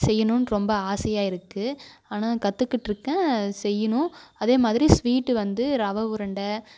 செய்யணும்னு ரொம்ப ஆசையாக இருக்கு ஆனால் கற்றுக்கிட்ருக்கேன் செய்யணும் அதே மாதிரி ஸ்வீட்டு வந்து ரவா உருண்டை